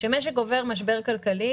כאשר משק עובר משבר כלכלי,